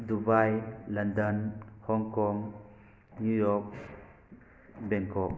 Dubai London Hong Kong New York Bangkok